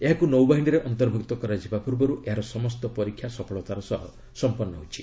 ଏହାକୁ ନୌବାହିନୀରେ ଅନ୍ତର୍ଭୁକ୍ତ କରାଯିବା ପୂର୍ବରୁ ଏହାର ସମସ୍ତ ପରୀକ୍ଷା ସଫଳତାର ସହ ସଂପନ୍ନ ହୋଇଛି